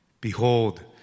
Behold